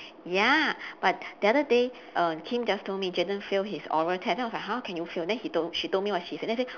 ya but the other day err kim just told me jayden failed his oral test then I was like how can you fail then he told she told what he said then I say